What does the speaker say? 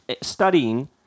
studying